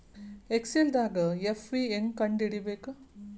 ಎಕ್ಸೆಲ್ದಾಗ್ ಎಫ್.ವಿ ಹೆಂಗ್ ಕಂಡ ಹಿಡಿಬೇಕ್